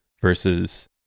Versus